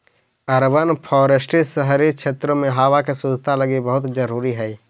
urban forestry शहरी क्षेत्रों में हावा के शुद्धता लागी बहुत जरूरी हई